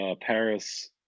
Paris